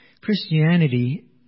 Christianity